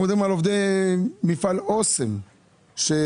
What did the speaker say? אנחנו מדברים על עובדי מפעל אוסם שאומרים